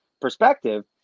perspective